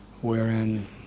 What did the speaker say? wherein